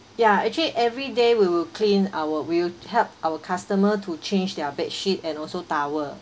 ya actually everyday we will clean our we will help our customer to change their bedsheet and also towel